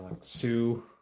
sue